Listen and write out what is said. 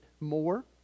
more